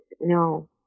no